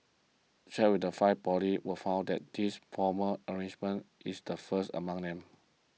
checks with the five poly were found that this formal arrangement is the first among them